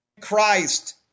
Christ